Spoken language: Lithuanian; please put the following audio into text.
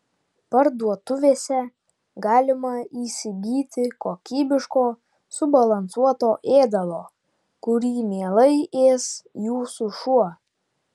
parduotuvėse galima įsigyti kokybiško subalansuoto ėdalo kurį mielai ės jūsų šuo